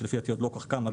לפי דעתי עוד לא כל כך קמה,